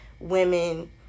women